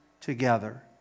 together